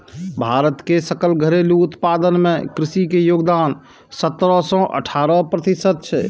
भारत के सकल घरेलू उत्पादन मे कृषि के योगदान सतरह सं अठारह प्रतिशत छै